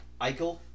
Eichel